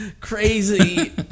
Crazy